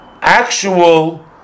actual